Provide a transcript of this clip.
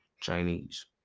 Chinese